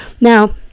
Now